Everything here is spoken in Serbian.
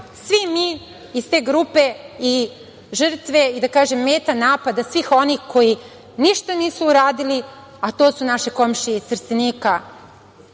svi mi iz te grupe i žrtve i, da kažem, meta napada svih oni koji ništa nisu uradili, a to su naše komšije iz Trstenika,